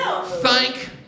thank